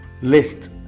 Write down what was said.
list